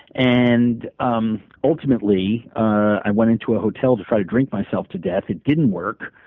and um ultimately, i went into a hotel to try to drink myself to death. it didn't work.